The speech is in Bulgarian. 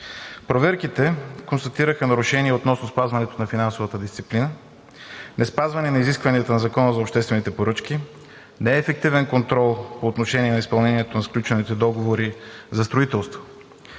Проверките констатираха нарушения относно спазването на финансовата дисциплина, неспазване на изискванията на Закона за обществените поръчки, неефективен контрол по отношение на изпълнението на сключените договори за строителство.